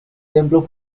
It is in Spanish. templo